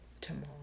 tomorrow